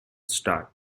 start